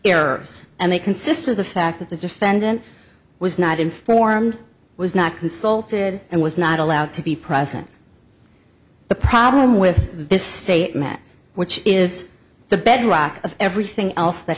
errors and they consist of the fact that the defendant was not informed was not consulted and was not allowed to be present the problem with this statement which is the bedrock of everything else that